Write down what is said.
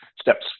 steps